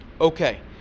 okay